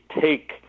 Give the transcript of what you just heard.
take